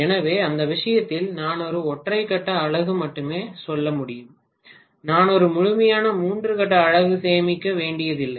எனவே அந்த விஷயத்தில் நான் ஒரு ஒற்றை கட்ட அலகு மட்டுமே சொல்ல முடியும் நான் ஒரு முழுமையான மூன்று கட்ட அலகு சேமிக்க வேண்டியதில்லை